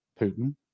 Putin